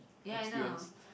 ya I know